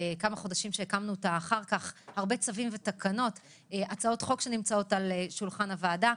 אישרנו הרבה צווים ותקנות והצעות חוק שנמצאות על שולחן הוועדה.